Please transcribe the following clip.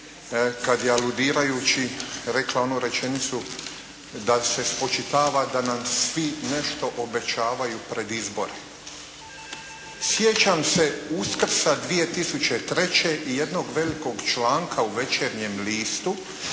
kad je aludirajući rekla onu rečenicu da se spočitava da nam svim nešto obećavaju pred izbore. Sjećam se Uskrsa 2003. i jednog velikog članka u «Večernjem listu»